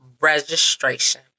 registration